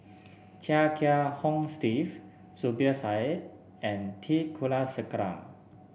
Chia Kiah Hong Steve Zubir Said and T Kulasekaram